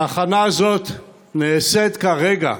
ההכנה הזאת נעשית כרגע.